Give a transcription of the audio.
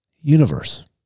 universe